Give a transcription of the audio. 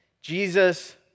Jesus